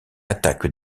attaque